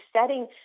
setting